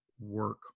work